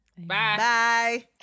Bye